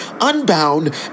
unbound